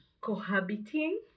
cohabiting